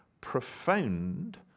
profound